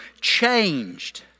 changed